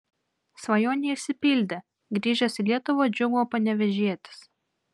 svajonė išsipildė grįžęs į lietuvą džiūgavo panevėžietis